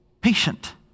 Patient